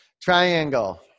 Triangle